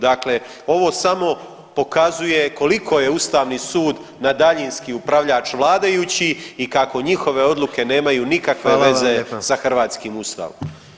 Dakle, ovo samo pokazuje koliko je Ustavni sud na daljinski upravljač vladajući i kako njihove odluke nemaju nikakve veze sa hrvatskim Ustavom.